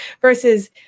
versus